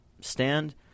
stand